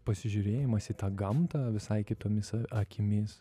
pasižiūrėjimas į tą gamtą visai kitomis akimis